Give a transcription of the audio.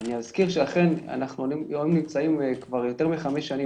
אני אזכיר שאנחנו נמצאים כבר יותר מחמש שנים